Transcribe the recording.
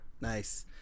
Nice